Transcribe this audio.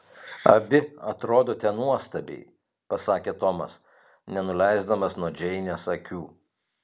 abi atrodote nuostabiai pasakė tomas nenuleisdamas nuo džeinės akių